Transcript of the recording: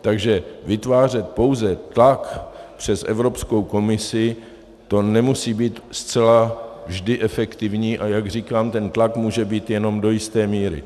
Takže vytvářet pouze tlak přes Evropskou komisi, to nemusí být zcela vždy efektivní, a jak říkám, ten tlak může být jenom do jisté míry.